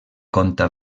conta